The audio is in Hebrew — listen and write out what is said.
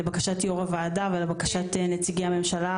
לבקשת יושבת-ראש הוועדה ולבקשת נציגי הממשלה,